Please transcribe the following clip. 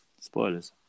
Spoilers